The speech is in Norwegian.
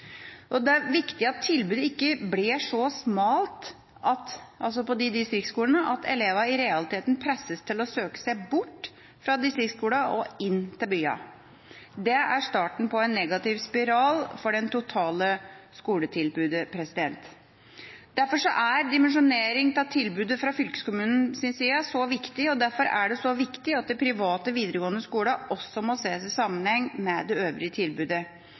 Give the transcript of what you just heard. dette. Det er viktig at tilbudet ved distriktsskolene ikke blir så smalt at elevene i realiteten presses til å søke seg bort fra distriktsskolene og inn til byene. Det er starten på en negativ spiral for det totale skoletilbudet. Derfor er dimensjonering av tilbudet fra fylkeskommunens side så viktig, og derfor er det så viktig at de private videregående skolene også må ses i sammenheng med det øvrige tilbudet.